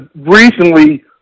recently